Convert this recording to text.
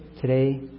today